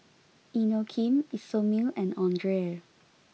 Inokim Isomil and Andre